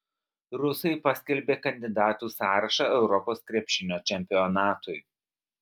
rusai paskelbė kandidatų sąrašą europos krepšinio čempionatui